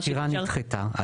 העתירה נדחתה.